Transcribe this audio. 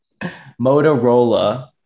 Motorola